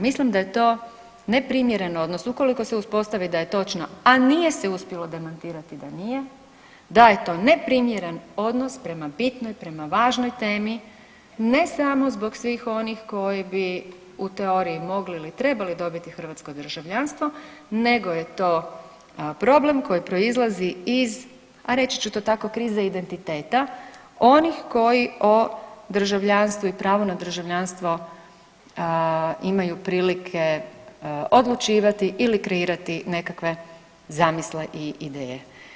Mislim da je to neprimjereno odnosno ukoliko se uspostavi da je točno, a nije se uspjelo demantirati da nije, da je to neprimjeren odnos prema bitnoj i prema važnoj temi, ne samo zbog svih onih koji bi u teoriji mogli ili trebali dobiti hrvatsko državljanstvo, nego je to problem koji proizlazi iz, a reći ću to tako, krize identiteta onih koji o državljanstvu i pravu na državljanstvo imaju prilike odlučivati ili kreirati nekakve zamisli i ideje.